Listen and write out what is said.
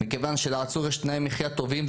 אם לעצור יש תנאי מחיה טובים,